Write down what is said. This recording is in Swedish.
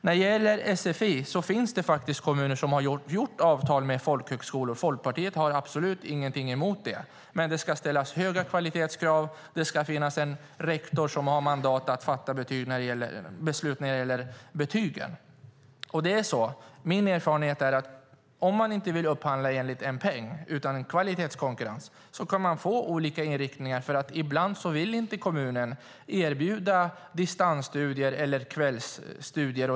När det gäller sfi finns det faktiskt kommuner som har slutit avtal med folkhögskolor. Folkpartiet har absolut ingenting emot det. Men det ska ställas höga kvalitetskrav. Det ska finnas en rektor som har mandat att fatta beslut när det gäller betygen. Min erfarenhet är att om man inte vill upphandla enligt en peng utan med kvalitetskonkurrens kan man få olika inriktningar, för ibland vill inte kommunen erbjuda distansstudier eller kvällsstudier.